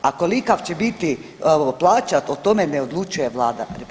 A kolika će biti plaća o tome ne odlučuje Vlada RH.